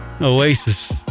Oasis